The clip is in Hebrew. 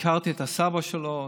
הכרתי את הסבא שלו.